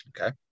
Okay